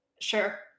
Sure